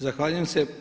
Zahvaljujem se.